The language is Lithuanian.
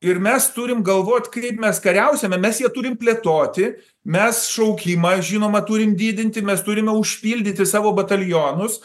ir mes turim galvot kaip mes kariausime mes ją turim plėtoti mes šaukimą žinoma turime didinti mes turime užpildyti savo batalionus